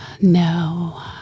No